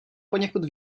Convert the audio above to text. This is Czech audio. poněkud